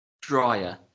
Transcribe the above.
dryer